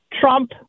Trump